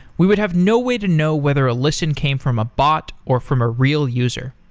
we would have no way to know whether a listen came from a bot, or from a real user.